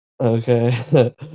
Okay